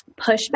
pushback